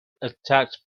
attacked